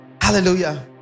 hallelujah